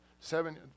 seven